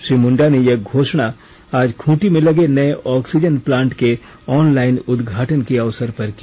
श्री मुंडा ने यह घोषणा आज खूंटी में लगे नये ऑक्सीजन प्लांट के ऑनलाइन उद्घाटन के अवसर पर की